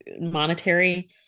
monetary